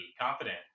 confident